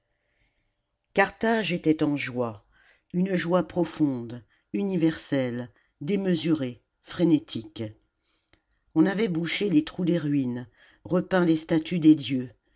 carthage était en joie une joie profonde universelle démesurée frénétique on avait bouché les trous des ruines repeint les statues des dieux